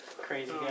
crazy